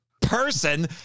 Person